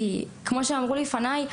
כמו שאמרו לפני,